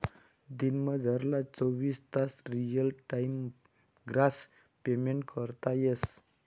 दिनमझारला चोवीस तास रियल टाइम ग्रास पेमेंट करता येस